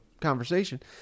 conversation